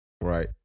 Right